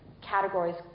categories